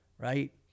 Right